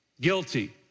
Guilty